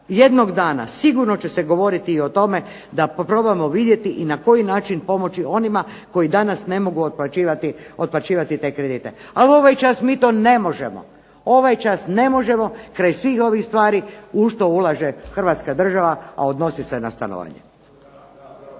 jednog dana sigurno će se govoriti i o tome da probamo vidjeti i na koji način pomoći onima koji danas ne mogu otplaćivati te kredite. Ali ovaj čas mi to ne možemo. Ovaj čas ne možemo kraj svih ovih stvari u što ulaže Hrvatska država, a odnosi se na stanovanje.